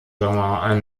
germain